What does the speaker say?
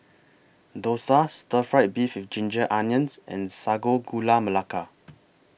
Dosa Stir Fry Beef with Ginger Onions and Sago Gula Melaka